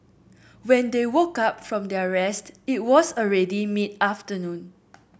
when they woke up from their rest it was already mid afternoon